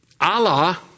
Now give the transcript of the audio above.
Allah